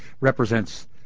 represents